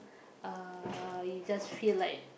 uh you just feel like